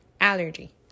allergy